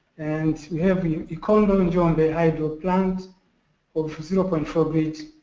and we have you know ikondo njombe hydro plant of zero point four grid